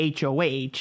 HOH